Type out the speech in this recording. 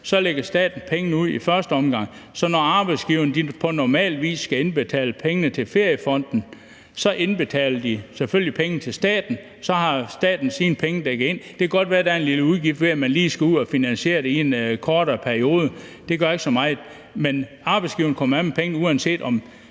lægger pengene ud i første omgang, så når arbejdsgiverne på normal vis skal indbetale pengene til feriefonden, indbetaler de i stedet pengene til staten, og så har staten sine penge dækket ind. Det kan godt være, at der er en lille udgift ved, at man lige skal ud at finansiere det i en kortere periode; det gør ikke så meget. Men arbejdsgiverne kommer af med pengene uanset